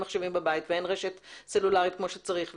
מחשבים בבית ואין רשת סלולרית כמו שצריך.